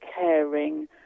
caring